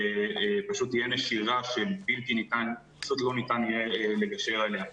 פשוט תהיה נשירה שלא ניתן יהיה לגשר עליה.